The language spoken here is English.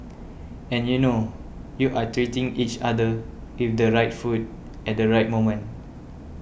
and you know you are treating each other with the right food at the right moment